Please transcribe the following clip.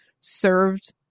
served